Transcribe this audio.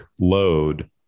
load